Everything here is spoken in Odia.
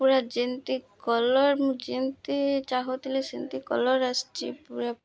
ପୁରା ଯେମିତି କଲର୍ ମୁଁ ଯେମିତି ଚାହୁଁଥିଲି ସେମିତି କଲର୍ ଆସିଛି ପୁରା